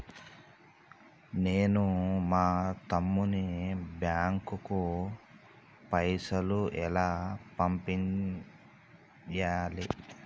నేను మా తమ్ముని బ్యాంకుకు పైసలు ఎలా పంపియ్యాలి?